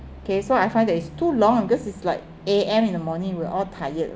okay so I find that it's too long because it's like A_M in the morning we're all tired